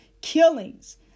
killings